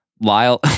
Lyle